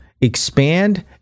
expand